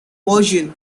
version